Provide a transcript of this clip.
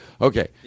Okay